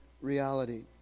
reality